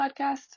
Podcast